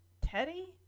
Teddy